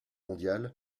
mondiale